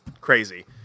crazy